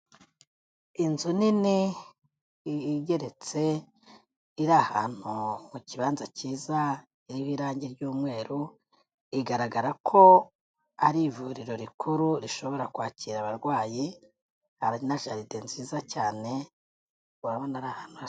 Inzu nini igeretse, iri ahantu mu kibanza cyiza, iriho irangi ry'umweru, igaragara ko ari ivuriro rikuru rishobora kwakira abarwayi, hari na jaride nziza cyane.